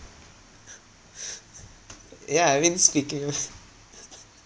yeah I mean speaking of